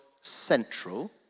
central